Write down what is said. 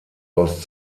aus